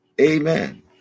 amen